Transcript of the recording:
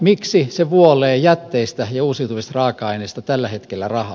miksi se vuolee jätteistä ja uusiutuvista raaka aineista tällä hetkellä rahaa